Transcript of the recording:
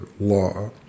law